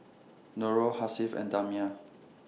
Nurul Hasif and Damia